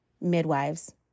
midwives